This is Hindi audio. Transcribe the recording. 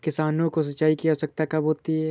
किसानों को सिंचाई की आवश्यकता कब होती है?